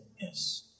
Yes